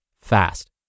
fast